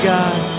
God